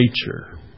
nature